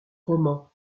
roman